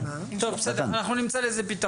בסדר, אנחנו נמצא לזה פתרון.